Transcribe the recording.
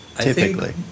Typically